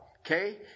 Okay